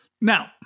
Now